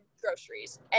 groceries